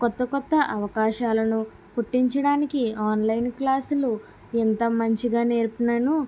కొత్త కొత్త అవకాశాలను పుట్టించడానికి ఆన్లైన్ క్లాసులు ఎంత మంచిగా నేర్పినను